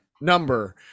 number